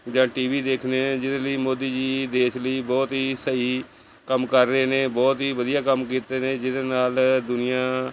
ਜਾਂ T V ਦੇਖਦੇ ਹਾਂ ਜਿਹਦੇ ਲਈ ਮੋਦੀ ਜੀ ਦੇਸ਼ ਲਈ ਬਹੁਤ ਹੀ ਸਹੀ ਕੰਮ ਕਰ ਰਹੇ ਨੇ ਬਹੁਤ ਹੀ ਵਧੀਆ ਕੰਮ ਕੀਤੇ ਨੇ ਜਿਹਦੇ ਨਾਲ ਦੁਨੀਆ